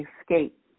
escape